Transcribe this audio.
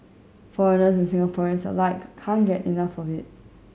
foreigners and Singaporeans alike can't get enough of it